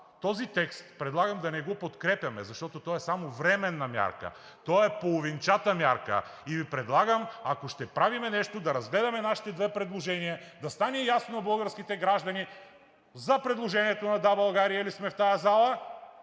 Затова предлагам да не подкрепяме този текст, защото той е само временна мярка, той е половинчата мярка. И Ви предлагам, ако ще правим нещо, да разгледаме нашите две предложения, да стане ясно на българските граждани за предложението на „Да, България“ ли сме в тази зала,